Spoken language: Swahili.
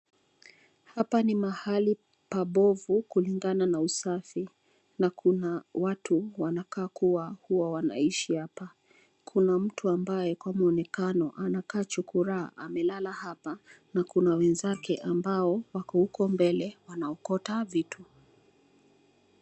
Hapa ni mahali pabovu kulingana na usafi, na kuna watu wanakaa kuwa huwa wanaishi hapa. Kuna mtu ambaye kwa mwonekano anakaa chokoraa amelala hapa na kuna wenzake ambao wako huko mbele wanaokota vitu.